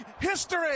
history